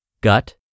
gut